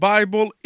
Bible